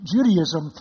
Judaism